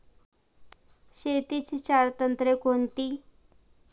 शेतीची चार तंत्रे कोणती?